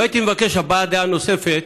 לא הייתי מבקש הבעת דעת נוספת